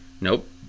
Nope